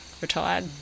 retired